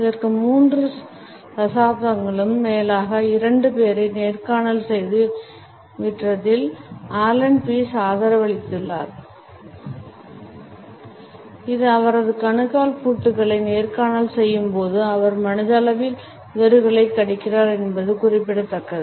இதற்கு மூன்று தசாப்தங்களுக்கும் மேலாக இரண்டு பேரை நேர்காணல் செய்து விற்றதில் ஆலன் பீஸ் ஆதரவளித்துள்ளார் இது அவரது கணுக்கால் பூட்டுகளை நேர்காணல் செய்யும் போது அவர் மனதளவில் உதடுகளைக் கடிக்கிறார் என்பது குறிப்பிடத்தக்கது